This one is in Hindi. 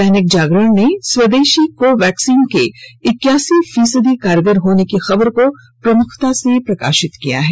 दैनिक जागरण ने स्वदेशी कोवैक्सीन के इक्यासी फीसदी कारगर होने की खबर को प्रमुखता प्रकाशित किया है